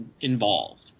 involved